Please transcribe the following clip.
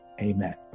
Amen